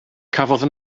cafodd